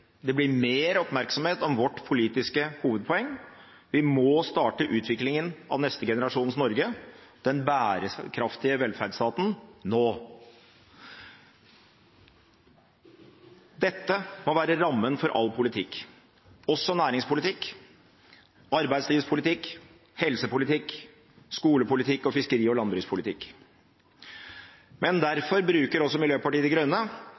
Det blir mer oppmerksomhet om vårt politiske hovedpoeng: Vi må starte utviklingen av neste generasjons Norge, den bærekraftige velferdsstaten, nå. Dette må være rammen for all politikk, også næringspolitikk, arbeidslivspolitikk, helsepolitikk, skolepolitikk og fiskeri- og landbrukspolitikk. Derfor bruker også Miljøpartiet De Grønne